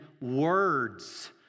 words